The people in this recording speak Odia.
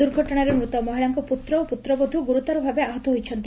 ଦୁର୍ଘଟଶାର ମୃତ ମହିଳାଙ୍କ ପୁତ୍ର ଓ ପୁତ୍ରବଧୂ ଗୁରୁତର ଭାବେ ଆହତ ହୋଇଛନ୍ତି